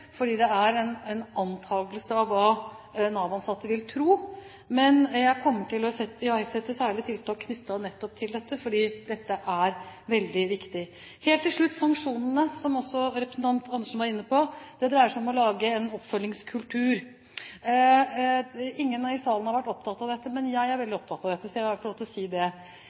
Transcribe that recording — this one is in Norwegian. fordi det er en antakelse av hva Nav-ansatte vil tro. Men jeg kommer til å iverksette særlige tiltak knyttet nettopp til dette, for dette er veldig viktig. Helt til slutt til sanksjonene, som også representanten Andersen var inne på. Det dreier seg om å lage en oppfølgingskultur. Ingen i salen har vært opptatt av dette, men jeg er veldig opptatt av dette, så jeg vil få lov til å si